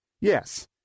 Yes